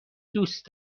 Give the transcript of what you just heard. دوست